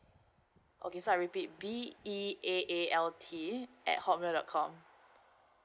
okay so I repeat B E A A L T at hotmail dot com